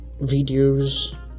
videos